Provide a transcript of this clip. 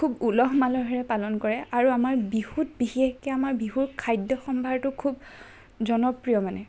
খুব উলহ মালহেৰে পালন কৰে আৰু আমাৰ বিহুত বিশেষকৈ আমাৰ বিহুৰ খাদ্য সম্ভাৰটো খুব জনপ্ৰিয় মানে